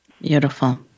Beautiful